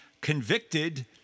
convicted